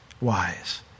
wise